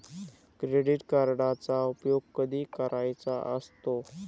Credit कार्डचा उपयोग कधी करायचा असतो?